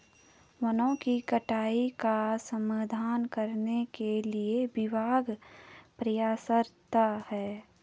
वनों की कटाई का समाधान करने के लिए विभाग प्रयासरत है